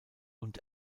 und